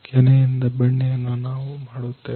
ಕೆನೆಯಿಂದ ಬೆಣ್ಣೆಯನ್ನು ನಾವು ಮಾಡುತ್ತೇವೆ